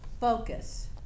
focus